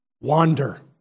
wander